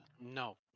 No